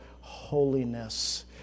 holiness